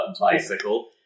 bicycle